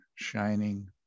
shining